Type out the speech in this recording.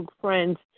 friends